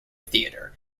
theatre